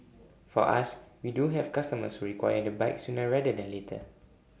for us we do have customers who require the bike sooner rather than later